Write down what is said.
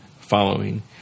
following